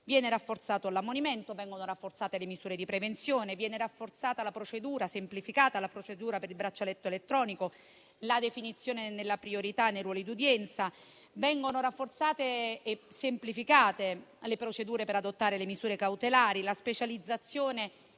viene rafforzato l'ammonimento. vengono rafforzate le misure di prevenzione, viene semplificata la procedura per il braccialetto elettronico, la definizione nella priorità nei ruoli d'udienza; vengono rafforzate e semplificate le procedure per adottare le misure cautelari; la specializzazione